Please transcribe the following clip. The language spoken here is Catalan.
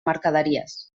mercaderies